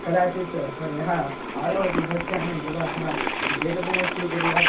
कदाचित् सः यः आरोहति भस् यानं तदा सः टिकेट् अपि न स्वीकुर्यात्